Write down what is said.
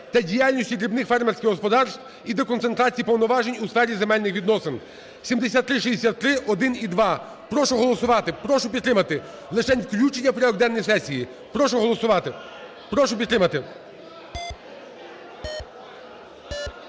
та діяльності дрібних фермерських господарств ідеконцентрації повноважень у сфері земельних відносин (7363-1 і -2). Прошу проголосувати, прошу підтримати. Лишень включення у порядок денний сесії. Прошу голосувати, прошу підтримати.